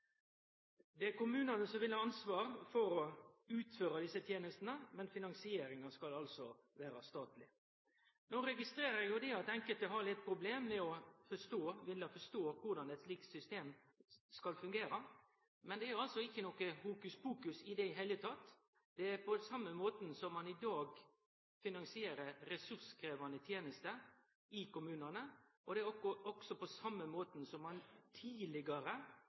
Det er kommunane som vil ha ansvaret for å utføre desse tenestene, men finansieringa skal altså vere statleg. Eg registrerer at enkelte har litt problem med å forstå korleis eit slikt system skal fungere, men det er ikkje noko hokus pokus i det heile. Det er på same måten som ein i dag finansierer ressurskrevjande tenester i kommunane, og det er også på same måten som ein tidlegare